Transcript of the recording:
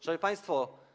Szanowni Państwo!